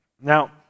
Now